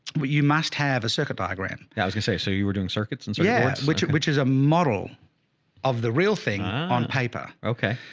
but you must have a circuit diagram. yeah i was gonna say, so you were doing circuits and so yeah stuff, which is a model of the real thing on paper. okay.